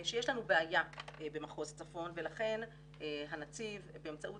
שיש לנו בעיה במחוז צפון ולכן הנציב באמצעות